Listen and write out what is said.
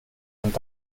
und